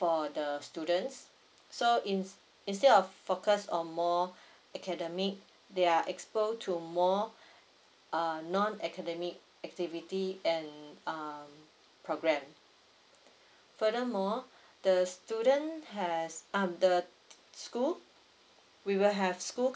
for the students so ins~ instead of focus on more academic they are exposed to more err non academic activity and um programme furthermore the student has um the th~ school we will have school